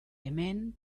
hemen